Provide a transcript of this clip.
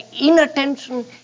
inattention